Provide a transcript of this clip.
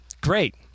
Great